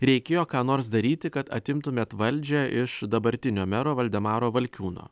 reikėjo ką nors daryti kad atimtumėte valdžią iš dabartinio mero valdemaro valkiūno